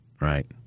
Right